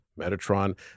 Metatron